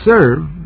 serve